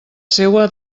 seua